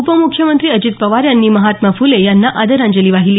उपमुख्यमंत्री अजित पवार यांनी महात्मा फुले यांना आदरांजली वाहिली